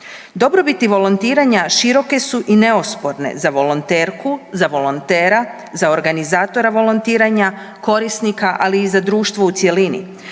Dobrobiti volontiranja široke su i neosporne za volonterku, za volontera, za organizatora volontiranja, korisnika, ali i za društvo u cjelini.